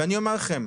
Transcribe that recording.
ואני אומר לכם,